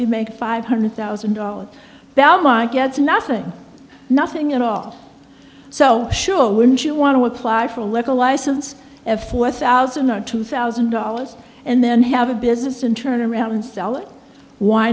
could make five hundred thousand dollars belmont gets nothing nothing at all so sure wouldn't you want to apply for a liquor license of four thousand or two thousand dollars and then have a business and turn around and sell it why